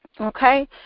okay